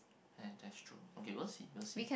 oh that's true okay will see will see